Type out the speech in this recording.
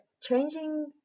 changing